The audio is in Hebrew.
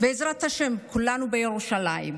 בעזרת השם כולנו בירושלים.